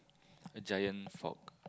a giant fork